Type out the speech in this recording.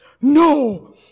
no